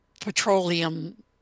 petroleum